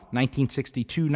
1962